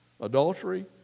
adultery